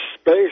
Space